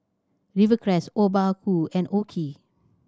Rivercrest Obaku and OKI